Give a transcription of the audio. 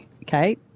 Okay